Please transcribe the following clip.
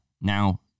Now